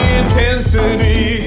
intensity